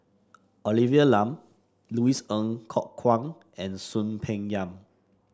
Olivia Lum Louis Ng Kok Kwang and Soon Peng Yam